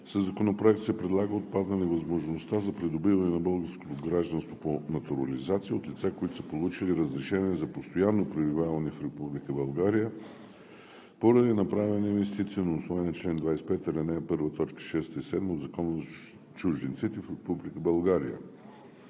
Със Законопроекта се предлага да отпадне възможността за придобиване на българското гражданство по натурализация от лица, които са получили разрешение за постоянно пребиваване в Република България поради направени инвестиции на основание чл. 25, ал. 1, т. 6 и 7 от Закона за чужденците в Република